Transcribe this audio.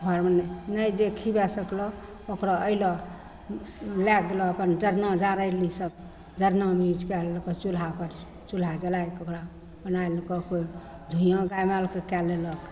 घरमे नहि नहि जे खिएबे सकलऽ ओकरो अएलऽ लै गेलऽ अपना जरना जारनि ईसब जरनामे यूज कै लेलकऽ चुल्हापर चुल्हा जलैके ओकरा बनै लेलकऽ कोइ धुइआँ गाइ मालके कै लेलकऽ